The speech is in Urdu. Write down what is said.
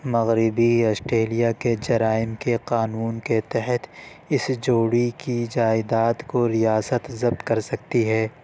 مغربی آسٹریلیا کے جرائم کے قانون کے تحت اس جوڑی کی جائیداد کو ریاست ضبط کر سکتی ہے